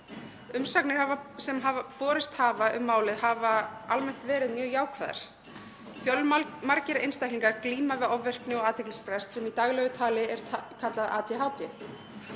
Umsagnir sem borist hafa um málið hafa almennt verið mjög jákvæðar. Fjölmargir einstaklingar glíma við ofvirkni og athyglisbrest sem í daglegu tali er kallað ADHD.